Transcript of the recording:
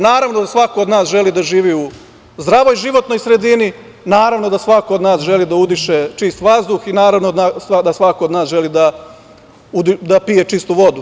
Naravno da svako od nas želi da živi u zdravoj životnoj sredini, naravno da svako od nas želi da udiše čist vazduh i naravno da svako od nas želi da pije čistu vodu.